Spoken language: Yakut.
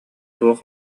туох